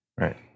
Right